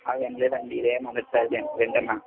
వినలేదండి ఇదే మొదటి సారి వి వింటున్నాను